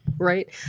Right